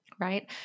right